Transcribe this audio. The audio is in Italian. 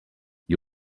gli